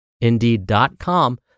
Indeed.com